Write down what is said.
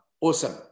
Awesome